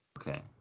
Okay